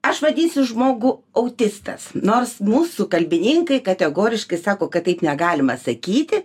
aš vadinsiu žmogų autistas nors mūsų kalbininkai kategoriškai sako kad taip negalima sakyti